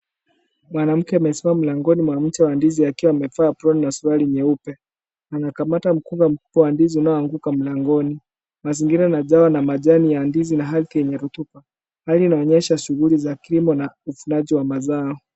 Mwanamke amesimama mlango akiwa amevaa aproni na suruali nyeupe. Anakamata mkungu mkubwa wa ndizi unaonguka mlangoni. Mazingira imejawa na majani ya ndizi na ardhi yenye rotuba. Hali inaonyesha shughuli za kilimo na uvunaji wa mazao.